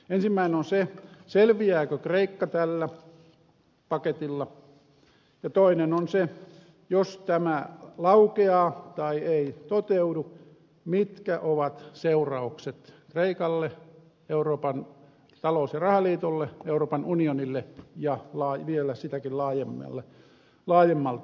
ensimmäinen on se selviääkö kreikka tällä paketilla ja toinen on se jos tämä laukeaa tai ei toteudu mitkä ovat seuraukset kreikalle euroopan talous ja rahaliitolle euroopan unionille ja vielä sitäkin laajemmalti